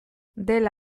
dela